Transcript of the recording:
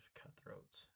cutthroats